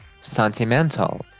sentimental